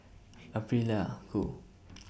Aprilia Qoo